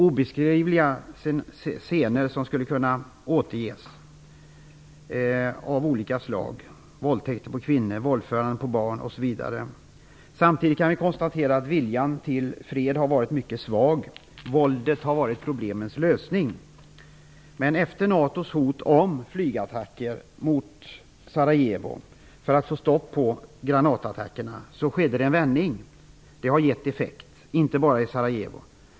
Obeskrivliga scener av olika slag skulle kunna återges, t.ex. våldtäkter av kvinnor och våldförande av barn. Samtidigt kan jag konstatera att viljan till fred har varit mycket svag. Våldet har varit problemens lösning, men efter NATO:s hot om flygattacker mot Sarajevo för att få stopp på granatattackerna skedde en vändning. Det har gett effekt, inte bara i Sarajevo.